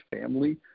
family